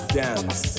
dance